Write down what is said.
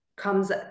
comes